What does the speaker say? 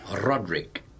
Roderick